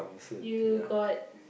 you got